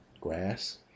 grass